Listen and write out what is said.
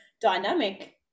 dynamic